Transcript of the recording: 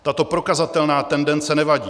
Tato prokazatelná tendence nevadí.